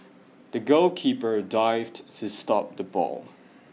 the goalkeeper dived to stop the ball